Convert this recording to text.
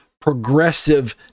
progressive